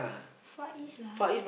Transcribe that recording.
Far-East lah